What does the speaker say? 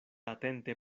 atente